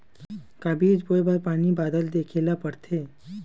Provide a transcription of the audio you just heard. का बीज बोय बर पानी बादल देखेला पड़थे?